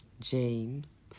James